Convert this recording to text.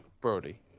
Brody